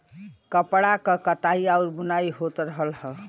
कपड़ा क कताई आउर बुनाई होत रहल हौ